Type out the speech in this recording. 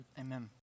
Amen